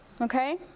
okay